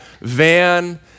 van